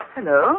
Hello